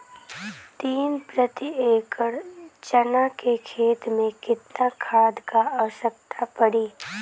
तीन प्रति एकड़ चना के खेत मे कितना खाद क आवश्यकता पड़ी?